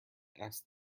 asked